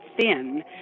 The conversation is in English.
thin